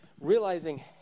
realizing